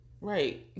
Right